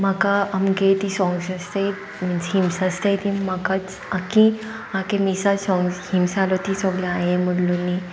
म्हाका आमगे तीं सॉंग्स आसताय मिन्स हिम्स आसताय ती म्हाकाच आख्खीं आख्खे मिसा सॉंग्स हिम्स आहलो ती सोगळीं हांयें मुण्लोलीं